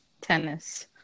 tennis